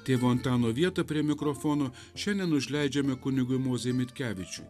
tėvo antano vietą prie mikrofono šiandien užleidžiame kunigui mozei mitkevičiui